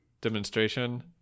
demonstration